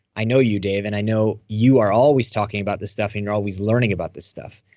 i know you dave, and i know you are always talking about this stuff, and you're always learning about this stuff.